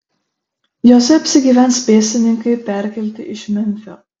jose apsigyvens pėstininkai perkelti iš memfio